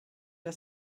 der